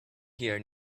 here